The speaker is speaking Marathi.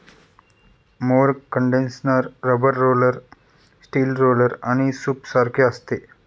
mower condenser rubber roller, steel roller आणि सूपसारखे असते